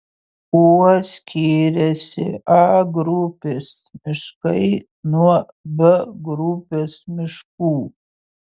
kuo skiriasi a grupės miškai nuo b grupės miškų